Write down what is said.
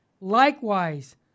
Likewise